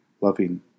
loving